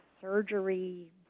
surgery